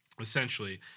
essentially